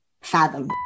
fathom